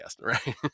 right